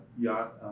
yacht